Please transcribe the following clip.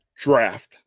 draft